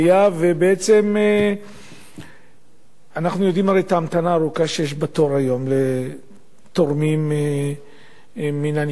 בעצם אנחנו יודעים את ההמתנה הארוכה שיש בתור היום לתורמים מן הנפטר.